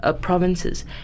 provinces